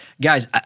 guys